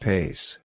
Pace